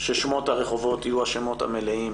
ששמות הרחובות יהיו השמות המלאים